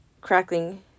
Crackling